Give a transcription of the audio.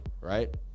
right